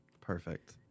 Perfect